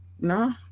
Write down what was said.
no